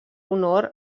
honor